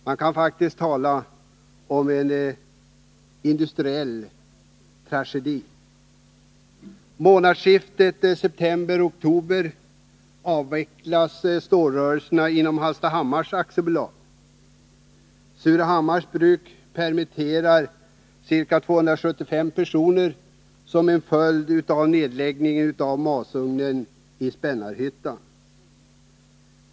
Man kan faktiskt tala om en industriell tragedi. Vid månadsskiftet september-oktober avvecklas stålrörelsen inom Hallstahammars AB. Surahammars Bruk permitterar ca 275 personer som en följd av nedläggningen av masugnen i Spännarhyttan.